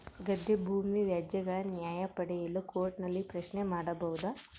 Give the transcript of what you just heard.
ಗದ್ದೆ ಭೂಮಿ ವ್ಯಾಜ್ಯಗಳ ನ್ಯಾಯ ಪಡೆಯಲು ಕೋರ್ಟ್ ನಲ್ಲಿ ಪ್ರಶ್ನೆ ಮಾಡಬಹುದಾ?